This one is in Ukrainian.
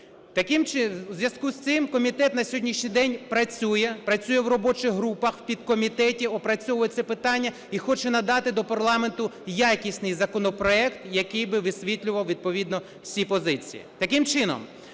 засадах. У зв'язку з цим комітет на сьогоднішній день працює, працює в робочих групах, в підкомітеті опрацьовується питання і хоче надати до парламенту якісний законопроект, який би висвітлював відповідно всі позиції.